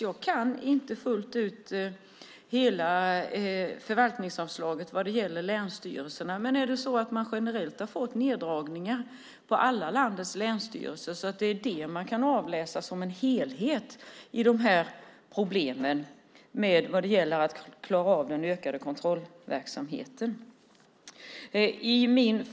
Jag kan inte reglerna för förvaltningsanslaget fullt ut vad gäller länsstyrelserna, men om man ska dra det till sin spets är frågan: Är det så att alla landets länsstyrelser generellt fått neddragningar och det alltså är det man kan avläsa när det gäller problemen med att klara av den ökade kontrollverksamheten?